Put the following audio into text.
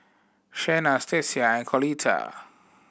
Shenna Stacia and Coletta